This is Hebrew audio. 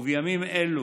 ובימים אלו,